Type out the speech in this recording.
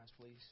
please